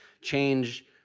change